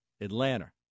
Atlanta